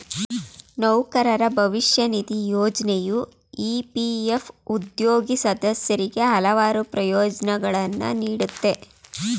ನೌಕರರ ಭವಿಷ್ಯ ನಿಧಿ ಯೋಜ್ನೆಯು ಇ.ಪಿ.ಎಫ್ ಉದ್ಯೋಗಿ ಸದಸ್ಯರಿಗೆ ಹಲವಾರು ಪ್ರಯೋಜ್ನಗಳನ್ನ ನೀಡುತ್ತೆ